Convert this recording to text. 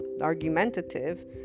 argumentative